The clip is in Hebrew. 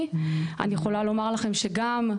אני רוצה להגיד לך גם,